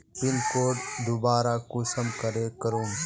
Pin code दोबारा कुंसम करे करूम?